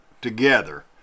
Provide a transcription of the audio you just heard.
together